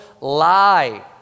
lie